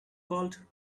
called